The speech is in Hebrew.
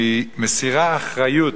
והיא מסירה אחריות